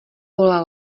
pole